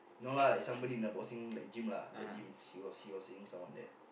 no lah it's somebody in the boxing like gym lah that gym he was he was seeing someone there